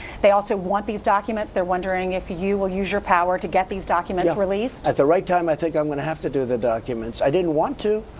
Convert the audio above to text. they also want these documents, they're wondering if you will use your power to get these documents released? yeah, at the right time, i think i'm going to have to do the documents. i didn't want to!